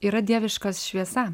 yra dieviška šviesa